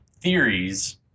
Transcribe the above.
theories